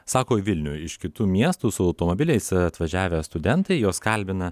sako į vilnių iš kitų miestų su automobiliais atvažiavę studentai juos kalbina